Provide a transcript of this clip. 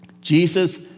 Jesus